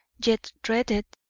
yet dreaded,